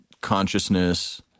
consciousness